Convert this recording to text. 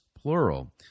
plural